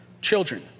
children